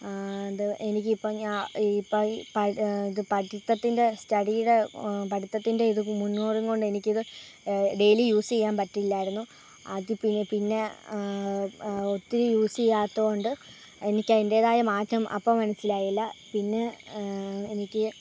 എൻ്റെ എനിക്കിപ്പോൾ ഞാ ഇപ്പോൾ ഈ പടീ പഠിത്തത്തിൻ്റെ സ്റ്റഡിയുടെ പഠിത്തത്തിൻ്റെ ഇത് കൊണ്ട് എനിക്കിത് ഡെയ്ലി യൂസ് ചെയ്യാൻ പറ്റില്ലായിരുന്നു അത് പിന്നെ പിന്നെ ഒത്തിരി യൂസ് ചെയ്യാത്തത് കൊണ്ട് എനിക്ക് അതിൻറ്റേതായ മാറ്റം അപ്പോൾ മനസ്സിലായില്ല പിന്നെ എനിക്ക്